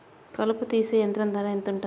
కలుపు తీసే యంత్రం ధర ఎంతుటది?